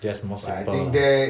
theirs more simple lah